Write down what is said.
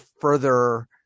further